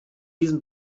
diesem